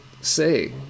say